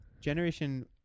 Generation